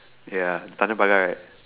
ya Tanjong-Pagar right